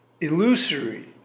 illusory